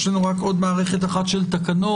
יש לנו רק עוד מערכת אחת של תקנות.